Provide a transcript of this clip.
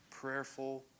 prayerful